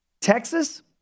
Texas